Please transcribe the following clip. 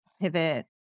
pivot